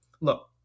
Look